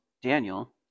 Daniel